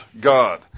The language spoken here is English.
God